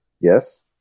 Yes